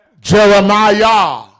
Jeremiah